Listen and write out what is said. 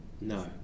No